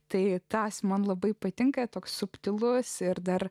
tai tas man labai patinka toks subtilus ir dar